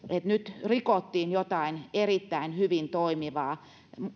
nyt rikottiin jotain erittäin hyvin toimivaa